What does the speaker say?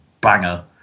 banger